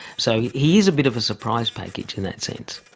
so he he is a bit of a surprise package in that sense.